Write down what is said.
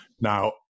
Now